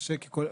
קשה לדעת,